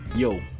Yo